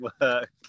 work